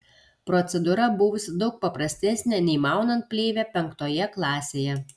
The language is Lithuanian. procedūra buvusi daug paprastesnė nei maunant plėvę penktoje klasėje